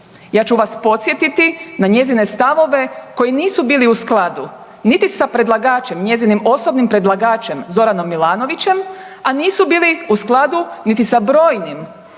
Ja ću vas podsjetiti na njezine stavove koji nisu bili u skladu niti sa predlagačem, njezinim osobnim predlagačem Zoranom Milanović, a nisu bili u skladu niti sa brojnim